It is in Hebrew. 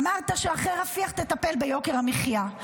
אמרת שאחרי רפיח תטפל ביוקר המחיה.